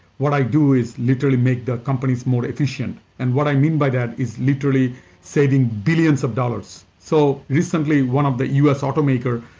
what i do is literally make the companies more efficient. and what i mean by that is literally saving billions of dollars. so recently one of the us auto maker,